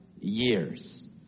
years